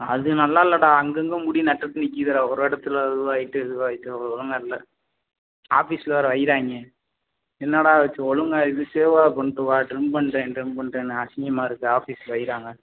அது நல்லா இல்லைடா அங்கங்கே முடி நட்டுக்கிட்டு நிக்குதுடா ஒரு இடத்துல அதுவாய்ட்டு இதுவாய்ட்டு ஒழுங்காக இல்லை ஆபீஸில் வேறு வையிறாய்ங்க என்னடா வச்சு ஒழுங்காக இது சேவா பண்ணிட்டு வா ட்ரிம் பண்ணுறேன் ட்ரிம் பண்ணுறேன்னு அசிங்கமாக இருக்கு ஆபீஸில் வையிறாய்ங்க